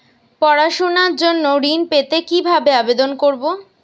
পড়াশুনা জন্য ঋণ পেতে কিভাবে আবেদন করব?